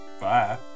Bye